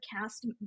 cast